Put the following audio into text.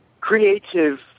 creative